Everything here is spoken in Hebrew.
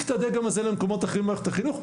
את הדגם הזה למקומות אחרים במערכת החינוך.